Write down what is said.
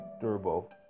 durable